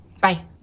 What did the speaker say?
Bye